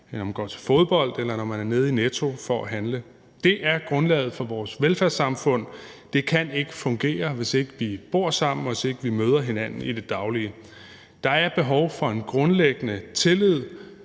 når man går til fodbold, eller når man er nede i Netto for at handle. Kl. 17:34 Det er grundlaget for vores velfærdssamfund. Det kan ikke fungere, hvis vi ikke bor sammen og møder hinanden i det daglige. Der er behov for en grundlæggende tillid